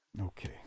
Okay